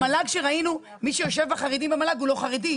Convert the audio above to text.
במל"ג ראינו שמי שיושב בחרדים במל"ג הוא לא חרדי.